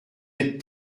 êtes